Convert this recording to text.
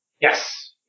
Yes